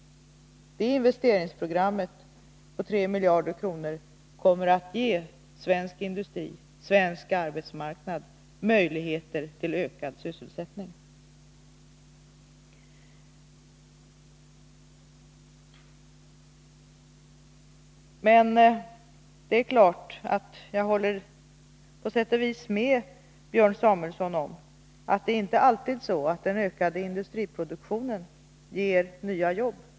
Det investeringsprogrammet, om 3 miljarder kronor, kommer att ge svensk industri och svensk arbetsmarknad möjligheter till ökad sysselsättning. Men det är klart att jag på sätt och vis håller med Björn Samuelson om att det inte alltid förhåller sig så att den ökade industriproduktionen ger nya jobb.